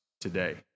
today